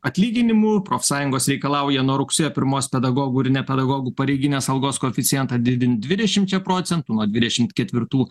atlyginimų profsąjungos reikalauja nuo rugsėjo pirmos pedagogų ir nepedagogų pareiginės algos koeficientą didinti dvidešimčia procentų nuo dvidešimt ketvirtų